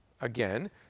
Again